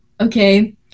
okay